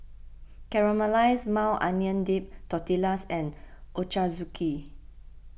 Caramelized Maui Onion Dip Tortillas and Ochazuke